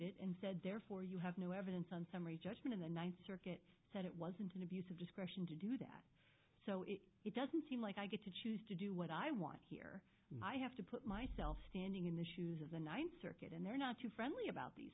it and said therefore have no evidence on summary judgment in the ninth circuit said it wasn't going to be rushing to do that so it doesn't seem like i get to choose to do what i want here i have to put myself standing in the shoes of the ninth circuit and they're not too friendly about these